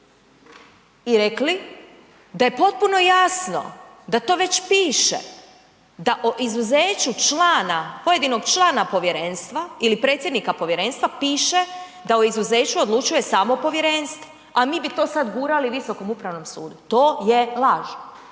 i rekli da je potpuno jasno da to već piše da o izuzeću člana, pojedinog člana povjerenstva ili predsjednika povjerenstva piše da o izuzeću odlučuje samo povjerenstvo, a mi bi to sada gurali Visokom upravom sudu. To je laž.